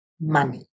money